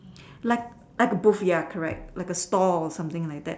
like like a booth ya correct like a stall something like that